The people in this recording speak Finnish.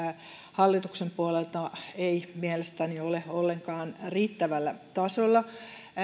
hallituksen puolelta ei mielestäni ole ollenkaan riittävällä tasolla